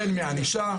החל מענישה,